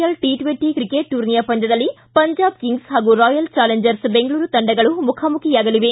L T twenty cricket ಟೂರ್ನಿಯ ಪಂದ್ಯದಲ್ಲಿ Punjab Kings ಹಾಗೂ ರಾಯಲ್ ಚಾಲೆಂಜರ್ಸ್ ಬೆಂಗಳೂರು ತಂಡಗಳು ಮುಖಾಮುಖಿಯಾಗಲಿವೆ